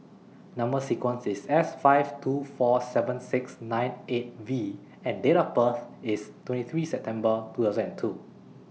Number sequence IS S five two four seven six nine eight V and Date of birth IS twenty three September two thousand and two